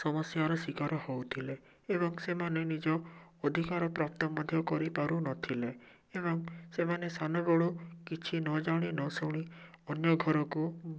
ସମସ୍ୟାର ଶିକାର ହଉଥିଲେ ଏବଂ ସେମାନେ ନିଜ ଅଧିକାର ପ୍ରାପ୍ତ ମଧ୍ୟ କରିପାରୁନଥିଲେ ଏବଂ ସେମାନେ ସାନବେଳୁ କିଛି ନ ଜାଣି ନଶୁଣି ଅନ୍ୟ ଘରକୁ